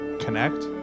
connect